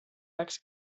läks